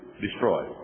destroyed